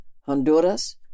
Honduras